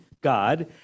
God